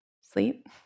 sleep